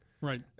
Right